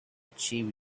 achieve